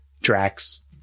Drax